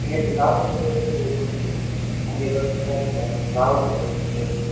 நேற்று காலேஜ் விட்டு வீட்டுக்கு போகும் போது அங்கே ஏதாச்சும் மிஸ் ஆயிடுச்சு சார் ட்ராவலிங்க்கில் ஏதாச்சும் மிஸ் ஆயிருக்கும் சார்